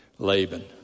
Laban